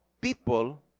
people